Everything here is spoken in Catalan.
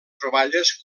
troballes